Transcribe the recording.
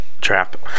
Trap